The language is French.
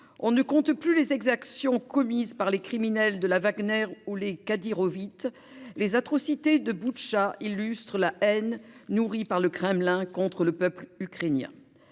On ne compte plus les exactions commises par les criminels du groupe Wagner ou des Kadyrovites. Les atrocités de Boutcha témoignent de la haine que le Kremlin nourrit contre le peuple ukrainien.